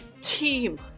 team